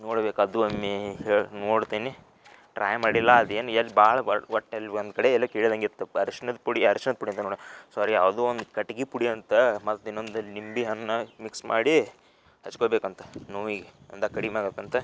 ನೋಡ್ಬೇಕು ಅದೂ ಒಮ್ಮೆ ಹೇಳಿ ನೋಡ್ತೇನೆ ಟ್ರೈ ಮಾಡಿಲ್ಲ ಅದೇನು ಎಲ್ಲಿ ಭಾಳ ಒಟ್ಟು ಎಲ್ಲಿ ಒಂದು ಕಡೆ ಎಲ್ಲೋ ಕೇಳಿದಂಗಿತ್ತು ಅರ್ಶ್ನದ ಪುಡಿ ಅರ್ಶ್ನದ ಪುಡಿ ಅಂತ ನೋಡಿ ಸಾರಿ ಯಾವುದೋ ಒಂದು ಕಟ್ಗೆ ಪುಡಿ ಅಂತ ಮತ್ತು ಇನ್ನೊಂದು ಲಿಂಬೆ ಹಣ್ಣ ಮಿಕ್ಸ್ ಮಾಡಿ ಹಚ್ಕೊಬೇಕಂತೆ ನೋವಿಗೆ ಅಂದ ಕಡಿಮೆ ಆಗತ್ತಂತೆ